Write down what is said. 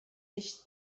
dicht